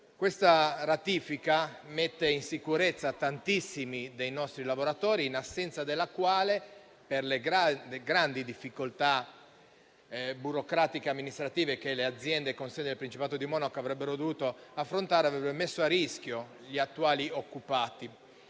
Questa ratifica mette in sicurezza tantissimi nostri lavoratori e la sua assenza, per le grandi difficoltà burocratico-amministrative che le aziende con sede nel Principato di Monaco avrebbero dovuto affrontare, avrebbe messo a rischio gli attuali occupati.